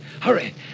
Hurry